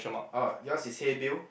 oh yours is hey Bill